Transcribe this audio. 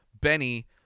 Benny